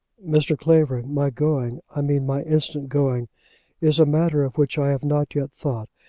mr. clavering, my going i mean my instant going is a matter of which i have not yet thought.